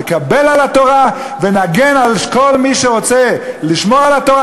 נקבל עלינו את התורה ונגן על כל מי שרוצה לשמור על התורה,